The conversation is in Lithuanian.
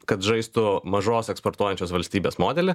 kad žaistų mažos eksportuojančios valstybės modelį